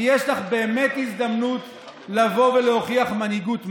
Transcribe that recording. שיש לך באמת הזדמנות לבוא ולהוכיח מנהיגות מהי,